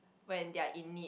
when they are in need